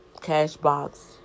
Cashbox